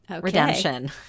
redemption